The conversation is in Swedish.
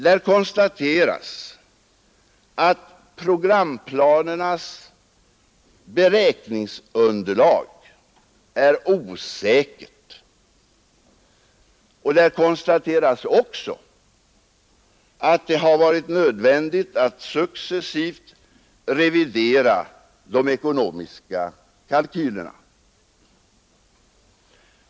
Där konstateras att programplanernas beräkningsunderlag är osäkert samt att det har varit nödvändigt att successivt revidera de ekonomiska kalkylerna.